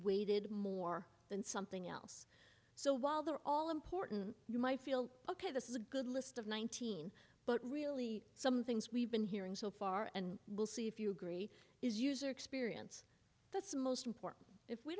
weighted more than something else so while they're all important you might feel ok this is a good list of nineteen but really some things we've been hearing so far and we'll see if you agree is user experience that's most important if we